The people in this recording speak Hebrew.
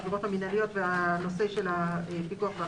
העבירות המנהליות ונושא הפיקוח והאכיפה.